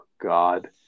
God